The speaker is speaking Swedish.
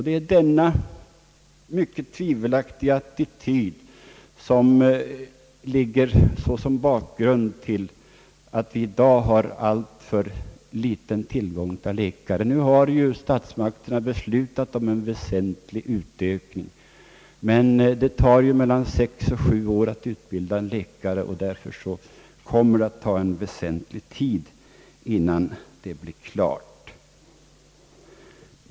Det är denna mycket tvivelaktiga attityd som är bakgrunden till att vi i dag har alltför liten tillgång till läkare. Nu har statsmakterna beslutat om en väsentlig utökning, men det tar 6—7 år att utbilda en läkare och därför dröjer det länge innan det blir klart.